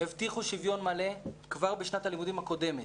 הבטיחו שוויון מלא כבר בשנת הלימודים הקודמת,